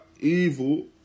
evil